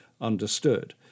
understood